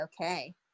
okay